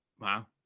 Wow